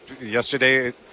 yesterday